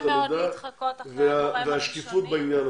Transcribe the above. קשה מאוד להתחקות אחרי הגורם הראשוני.